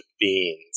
beans